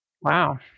Wow